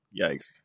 Yikes